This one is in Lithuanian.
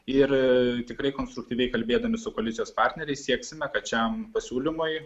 ir tikrai konstruktyviai kalbėdami su koalicijos partneriais sieksime kad šiam pasiūlymui